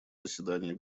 заседании